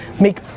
make